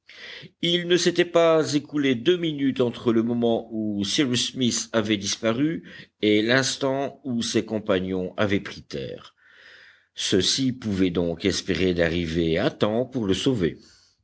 il ne s'était pas écoulé deux minutes entre le moment où cyrus smith avait disparu et l'instant où ses compagnons avaient pris terre ceux-ci pouvaient donc espérer d'arriver à temps pour le sauver